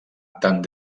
tant